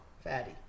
fatty